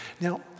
Now